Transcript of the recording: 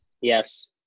Yes